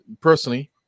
personally